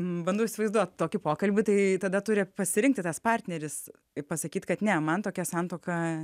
bandau įsivaizduot tokį pokalbį tai tada turi pasirinkti tas partneris ir pasakyt kad ne man tokia santuoka